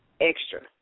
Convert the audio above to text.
extra